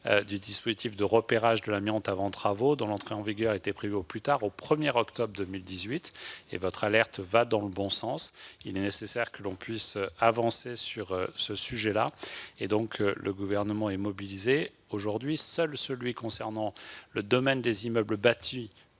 du dispositif de repérage de l'amiante avant travaux, dont l'entrée en vigueur était prévue au plus tard au 1 octobre 2018. Votre alerte va dans le bon sens. Il est nécessaire que l'on puisse progresser sur ce sujet et le Gouvernement est mobilisé en ce sens. Aujourd'hui, seul l'arrêté concernant le domaine des immeubles bâtis